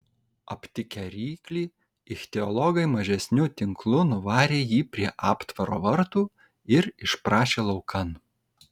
aptikę ryklį ichtiologai mažesniu tinklu nuvarė jį prie aptvaro vartų ir išprašė laukan